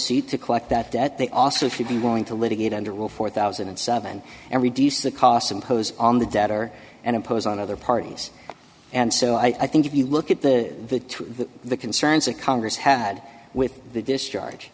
suit to collect that debt they also if you'd be willing to litigate under will four thousand and seven and reduce the costs imposed on the debtor and impose on other parties and so i think if you look at the the concerns that congress had with the discharge